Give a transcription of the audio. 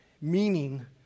meaning